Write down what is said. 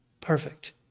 Perfect